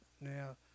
now